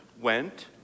went